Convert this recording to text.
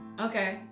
Okay